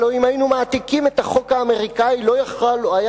הרי אם היינו מעתיקים את החוק האמריקני לא יכול היה